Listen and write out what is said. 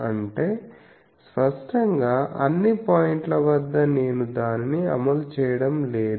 అంటే స్పష్టంగా అన్ని పాయింట్ల వద్ద నేను దానిని అమలు చేయడం లేదు